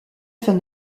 afin